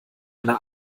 einer